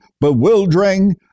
bewildering